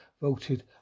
voted